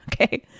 Okay